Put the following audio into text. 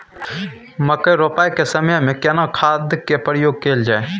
मकई रोपाई के समय में केना खाद के प्रयोग कैल जाय?